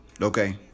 Okay